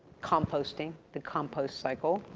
composting, the compost cycle.